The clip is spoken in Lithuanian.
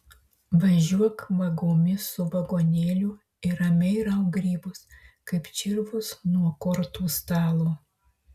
važiuok vagomis su vagonėliu ir ramiai rauk grybus kaip čirvus nuo kortų stalo